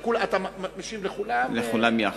אתה משיב לכולם יחד.